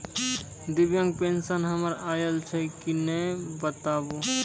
दिव्यांग पेंशन हमर आयल छै कि नैय बताबू?